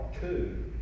two